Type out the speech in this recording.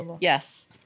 Yes